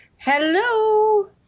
Hello